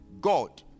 God